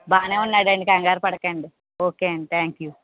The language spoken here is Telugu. బాగానే ఉన్నాడండి కంగారు పడకండి ఓకే అండి థ్యాంక్ యూ